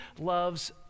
loves